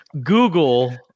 Google